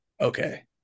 okay